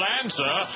answer